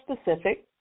specific